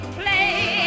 play